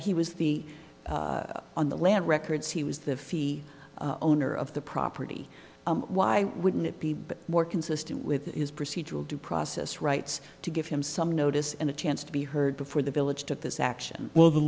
was the on the land records he was the fee owner of the property why wouldn't it be more consistent with his procedural due process rights to give him some notice and a chance to be heard before the village took this action well the